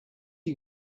you